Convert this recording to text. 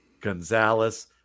Gonzalez